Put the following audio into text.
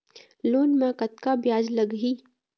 Loan म कतका ब्याज लगही?